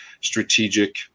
strategic